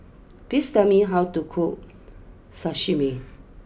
please tell me how to cook Sashimi